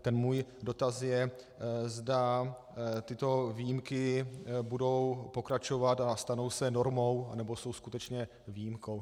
Ten můj dotaz je, zda tyto výjimky budou pokračovat a stanou se normou, anebo jsou skutečně výjimkou.